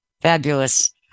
fabulous